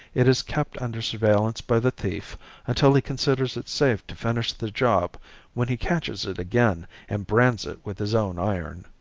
it is kept under surveillance by the thief until he considers it safe to finish the job when he catches it again and brands it with his own iron.